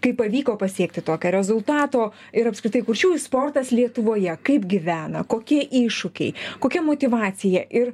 kaip pavyko pasiekti tokio rezultato ir apskritai kurčiųjų sportas lietuvoje kaip gyvena kokie iššūkiai kokia motyvacija ir